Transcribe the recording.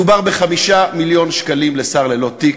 מדובר ב-5 מיליון שקלים לשר ללא תיק,